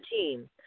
team